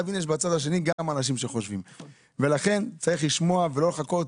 להבין שבצד השני יש גם אנשים שחושבים ולכן צריך לשמוע ולא לחכות,